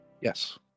Yes